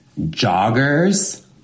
joggers